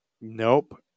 Nope